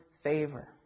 favor